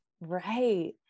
Right